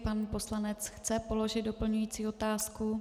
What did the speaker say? Pan poslanec chce položit doplňující otázku.